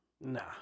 Nah